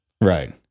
right